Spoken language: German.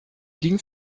ging